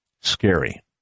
scary